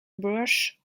brush